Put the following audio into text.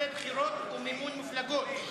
סעיף 14, בחירות ומימון מפלגות.